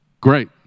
Great